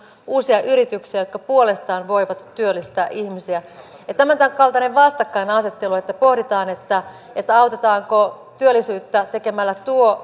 uusia yrityksiä jotka puolestaan voivat työllistää ihmisiä tämänkaltainen vastakkainasettelu että pohditaan autetaanko työllisyyttä tekemällä tuo